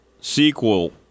sequel